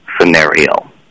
scenario